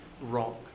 wrong